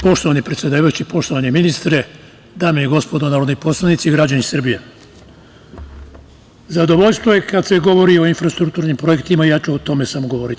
Poštovani predsedavajući i poštovani ministre, dame i gospodo narodni poslanici i građani Srbije, zadovoljstvo je kada se govori o infrastrukturnim projektima i ja ću samo o tome danas govoriti.